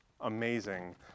amazing